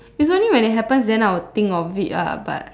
it's only when it happens then I'll think of it ah but